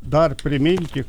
dar priminti